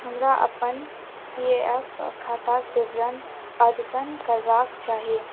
हमरा अपन P A F खाताक विवरण अद्यतन करबाक चाही